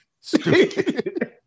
Stupid